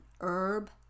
herb